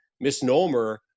misnomer